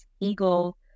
eagle